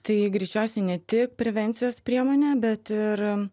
tai greičiausiai ne tik prevencijos priemonė bet ir